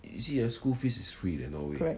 correct